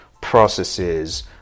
processes